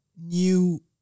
new